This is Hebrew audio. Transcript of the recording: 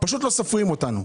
לא סופרים אותנו,